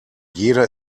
jeder